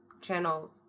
channel